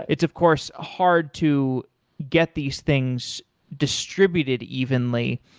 it's of course hard to get these things distributed evenly.